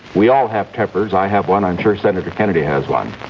we all have tempers i have one i'm sure senator kennedy has one